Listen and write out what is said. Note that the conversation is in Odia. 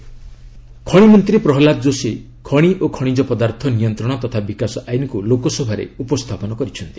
ମାଇନ୍ସ ଆକ୍ଟ ଖଣିମନ୍ତ୍ରୀ ପ୍ରହ୍ଲାଦ ଯୋଶୀ ଖଣି ଓ ଖଣିଜ ପଦାର୍ଥ ନିୟନ୍ତ୍ରଣ ତଥା ବିକାଶ ଆଇନକୁ ଲୋକସଭାରେ ଉପସ୍ଥାପନ କରିଛନ୍ତି